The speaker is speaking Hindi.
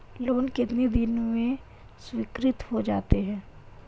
लोंन कितने दिन में स्वीकृत हो जाता है?